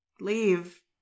leave